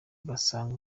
ugasanga